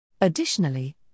Additionally